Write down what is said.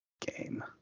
game